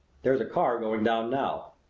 there's a car going down now.